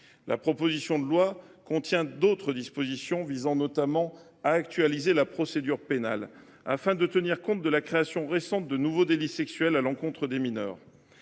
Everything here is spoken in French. La proposition de loi contient d’autres dispositions visant notamment à actualiser la procédure pénale, afin de tenir compte de la création récente de nouveaux délits sexuels à l’encontre des mineurs.